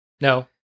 No